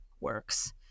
works